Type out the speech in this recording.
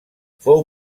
fou